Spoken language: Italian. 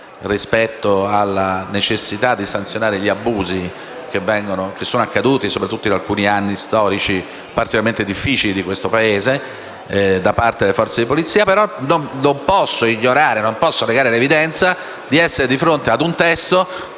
rispetto alla necessità di sanzionare gli abusi posti in essere (soprattutto in alcuni anni storici particolarmente difficili di questo Paese) da parte delle forze di polizia, non posso però negare l'evidenza di essere di fronte a un testo